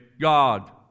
God